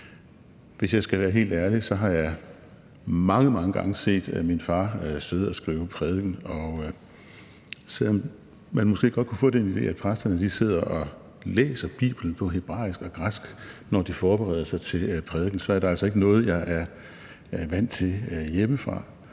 for. Jeg har helt ærligt mange, mange gange set min far sidde og skrive prædiken, og selv om man måske godt kunne få den idé, at præsterne sidder og læser Bibelen på hebraisk og græsk, når de forbereder en prædiken, er det altså ikke noget, jeg er vant til hjemmefra,